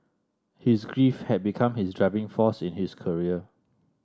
his grief had become his driving force in his career